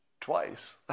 twice